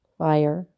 fire